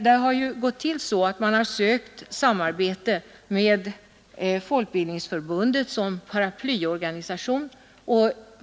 Det hela har gått till så att man har sökt samarbete med Folkbildningsförbundet som paraplyorganisation.